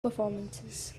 performances